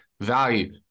value